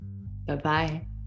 bye-bye